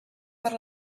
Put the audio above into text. per